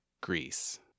Greece